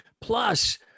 Plus